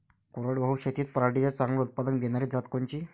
कोरडवाहू शेतीत पराटीचं चांगलं उत्पादन देनारी जात कोनची?